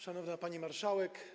Szanowna Pani Marszałek!